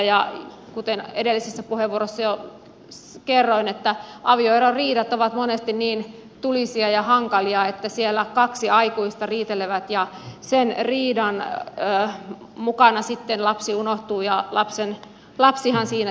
ja kuten edellisessä puheenvuorossa jo kerroin avioeroriidat ovat monesti niin tulisia ja hankalia että kun siellä kaksi aikuista riitelee niin sen riidan mukana sitten lapsi unohtuu ja lapsihan siinä sitten kärsii